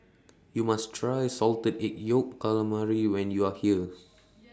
YOU must Try Salted Egg Yolk Calamari when YOU Are here